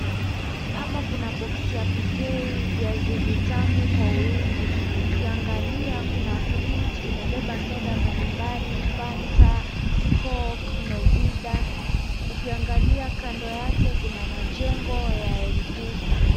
Hapa kuna box pk viazi vitamu kwa wingi. Ukiangalia kuna friji imebeba soda mbalimbali fanta, coke , novida ukiangalia kando yake kuna majengo ya M-pesa.